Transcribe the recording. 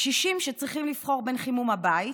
קשישים שצריכים לבחור בין חימום הבית,